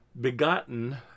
begotten